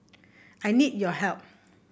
I need your help